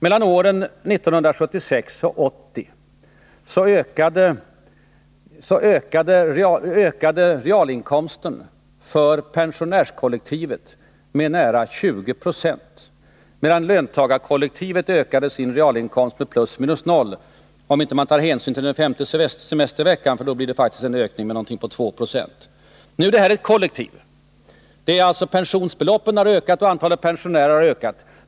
Mellan åren 1976 och 1980 ökade realinkomsten för pensionärskollektivet med nära 20 20, medan löntagarkollektivet förändrade sin realinkomst med +0 20. Det gäller om man inte tar hänsyn till den femte semesterveckan. Inkluderar man den, blir det faktiskt fråga om en ökning på 2 20. Nu är det här ett kollektiv. Pensionsbeloppen har ökat och antalet pensionärer har ökat.